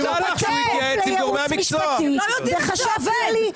אז תוסיף בכפוף לייעוץ משפטי וחשב כללי,